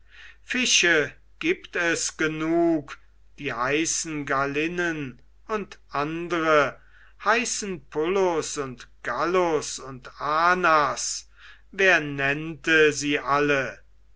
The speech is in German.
fische gibt es genug die heißen gallinen und andre heißen pullus und gallus und anas wer nennte sie alle